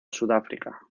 sudáfrica